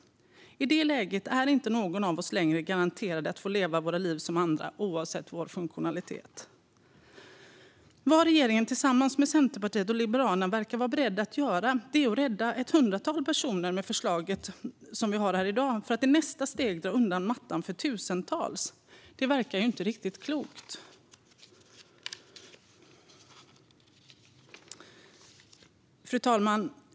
I detta läge är inte någon av oss längre garanterad att få leva sitt liv som andra oavsett funktionalitet. Vad regeringen tillsammans med Centerpartiet och Liberalerna verkar vara beredda att göra är att med det förslag som vi har här i dag rädda ett hundratal personer för att i nästa steg dra undan mattan för tusentals. Det verkar inte riktigt klokt. Fru talman!